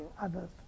others